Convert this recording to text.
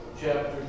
chapter